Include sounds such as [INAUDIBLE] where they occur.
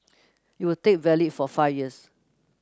it will [UNINTELLIGIBLE] valid for five years